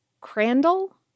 crandall